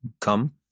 come